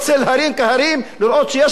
לראות שיש בעיה, יש אסון?